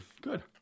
Good